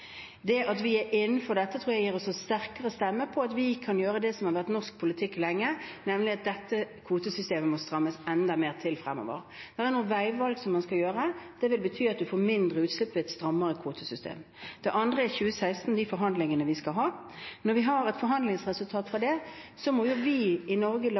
Det at vi er innenfor dette, tror jeg gir oss en sterkere stemme, at vi kan gjøre det som har vært norsk politikk lenge, nemlig at dette kvotesystemet må strammes enda mer til fremover. Men det er noen veivalg man skal gjøre, og det vil bety at man får mindre utslipp ved et strammere kvotesystem. Det andre er 2016 og de forhandlingene vi skal ha. Når vi har et forhandlingsresultat, må vi i Norge